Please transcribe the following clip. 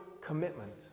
commitment